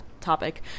topic